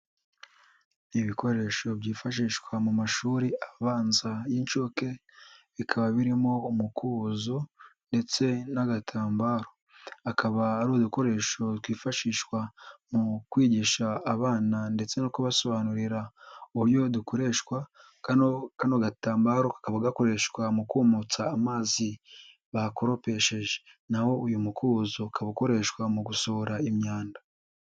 Ibikoresho byifashishwa mu mashuri abanza y'inshuke bikaba birimo umukubuzo ndetse n'agatambaro, akaba ari udukoresho twifashishwa mu kwigisha abana ndetse no kubasobanurira uburyo dukoreshwa, kano gatambaro kakaba gakoreshwa mu kumutsa amazi bakoropesheje naho uyu mukubuzo ukaba ukoreshwa mu gusohora imyanda.